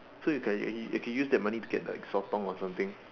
so you can actually actually use that money to get like sotong or something